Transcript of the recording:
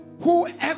whoever